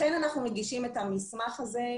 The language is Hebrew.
לכן אנחנו מגישים את המסמך הזה,